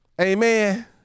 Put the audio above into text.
Amen